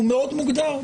הוא מאוד מוגדר,